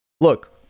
Look